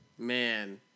Man